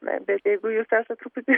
na bet jeigu jūs esat truputį